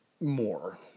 More